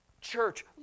Church